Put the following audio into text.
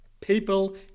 people